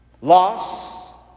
loss